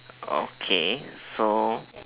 okay so